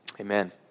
Amen